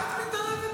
מה את מתערבת בזוגיות?